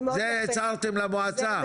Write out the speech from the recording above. זה הצהרתם למועצה.